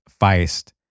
Feist